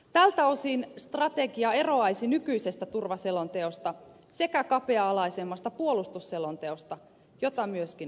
tältä osin strategia eroaisi nykyisestä turvaselonteosta sekä kapea alaisemmasta puolustusselonteosta jota myöskin on ehdotettu